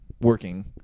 working